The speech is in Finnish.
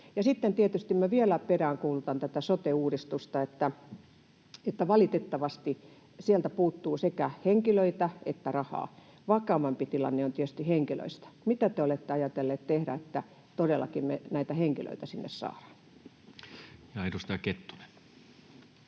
sitten tietysti minä vielä peräänkuulutan tätä sote-uudistusta. Valitettavasti sieltä puuttuu sekä henkilöitä että rahaa — vakavampi tilanne on tietysti henkilöistä. Mitä te olette ajatelleet tehdä, että todellakin näitä henkilöitä sinne saadaan? [Speech